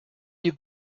you